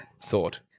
thought